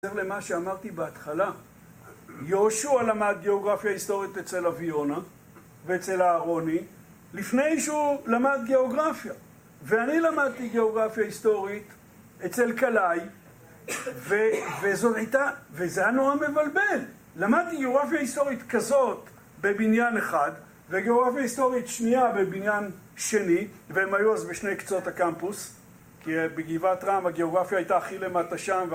בהתאם למה שאמרתי בהתחלה, יהושע למד גיאוגרפיה היסטורית אצל אבי יונה ואצל אהרוני לפני שהוא למד גיאוגרפיה, ואני למדתי גיאוגרפיה היסטורית אצל קלעי וזה היה נורא מבלבל, למדתי גיאוגרפיה היסטורית כזאת בבניין אחד, וגיאוגרפיה היסטורית שנייה בבניין שני, והם היו אז בשני קצות הקמפוס, כי בגבעת רם הגיאוגרפיה הייתה הכי למטה שם